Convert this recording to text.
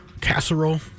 casserole